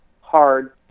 hard